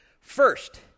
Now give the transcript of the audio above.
First